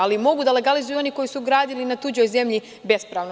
Ali, mogu da legalizuju oni koji su gradili na tuđoj zemlji bespravno.